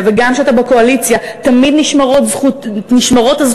וגם כשאתה בקואליציה תמיד נשמרות הזכויות,